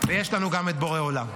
ויש לנו גם את בורא עולם.